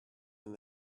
and